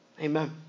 Amen